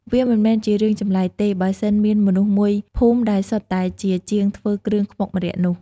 វាមិនមែនជារឿងចម្លែកទេ បើសិនមានមនុស្សមួយភូមិដែលសុទ្ធតែជាជាងធ្វើគ្រឿងខ្មុកម្រ័ក្សណ៍នោះ។